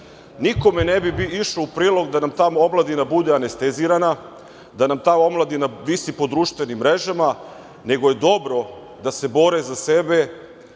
prava. Nikome ne bi išlo u prilog da nam ta omladina bude anestezirana, da nam ta omladina visi po društvenim mrežama, nego je dobro da se bore za sebe,